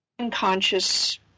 unconscious